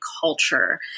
culture